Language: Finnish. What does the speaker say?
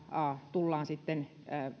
tullaan vastaan